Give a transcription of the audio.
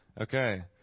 Okay